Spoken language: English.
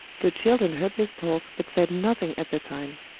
the children heard this talk, but said nothing at the time.